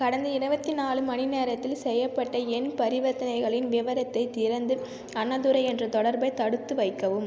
கடந்த இருபத்தி நாலு மணிநேரத்தில் செய்யப்பட்ட என் பரிவர்த்தனைகளின் விபரத்தைத் திறந்து அண்ணாதுரை என்ற தொடர்பை தடுத்து வைக்கவும்